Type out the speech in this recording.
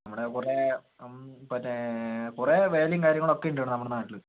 നമ്മുടെ കുറെ മറ്റേ കുറെ വേലയും കാര്യങ്ങളുവൊക്കെ ഉണ്ട് കേട്ടൊ നമ്മുടെ നാട്ടില്